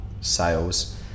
sales